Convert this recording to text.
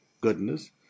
goodness